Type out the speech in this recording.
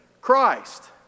Christ